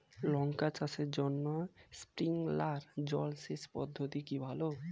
লঙ্কা চাষের জন্য স্প্রিংলার জল সেচ পদ্ধতি কি ভালো?